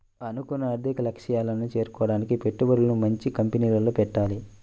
అనుకున్న ఆర్థిక లక్ష్యాలను చేరుకోడానికి పెట్టుబడులను మంచి కంపెనీల్లో పెట్టాలి